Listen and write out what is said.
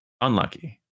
Unlucky